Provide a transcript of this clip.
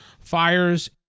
fires